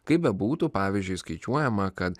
kaip bebūtų pavyzdžiui skaičiuojama kad